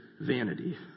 vanity